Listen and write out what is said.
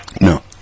no